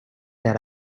that